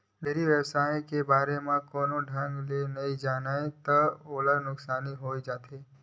dairy बेवसाय के बारे म कोनो बने ढंग ले नइ जानय त ओला नुकसानी होइ जाथे